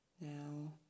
Now